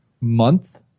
month